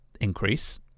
increase